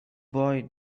boy